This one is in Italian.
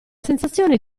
sensazione